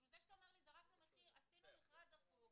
זה שאתה אומר לי, זרקנו מחיר, עשינו מכרז הפוך,